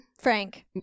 Frank